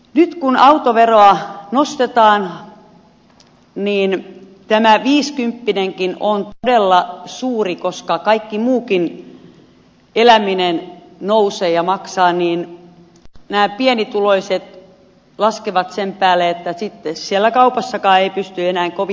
nyt kun autoveroa nostetaan tämä viisikymppinenkin on todella suuri koska kaikki muukin eläminen nousee ja maksaa ja nämä pienituloiset laskevat sen päälle sitten siellä kaupassakaan ei pysty enää kovin usein käymään